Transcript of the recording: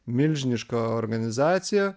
milžiniška organizacija